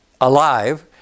alive